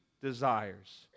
desires